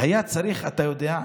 היה צריך, אתה יודע,